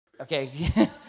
Okay